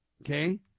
okay